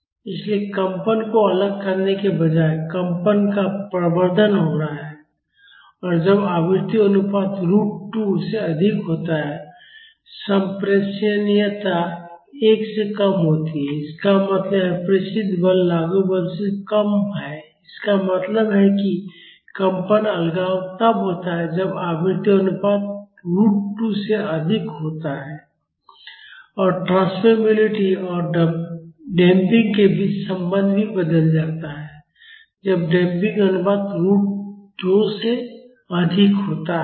इसलिए कंपन को अलग करने के बजाय कंपन का प्रवर्धन हो रहा है जब आवृत्ति अनुपात रूट 2 से अधिक होता है संप्रेषणीयता एक से कम होती है इसका मतलब है प्रेषित बल लागू बल से कम है इसका मतलब है कि कंपन अलगाव तब होता है जब आवृत्ति अनुपात रूट 2 से अधिक होता है और ट्रांसमिसिबिलिटी और डंपिंग के बीच संबंध भी बदल जाता है जब डंपिंग अनुपात रूट दो से अधिक होता है